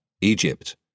Egypt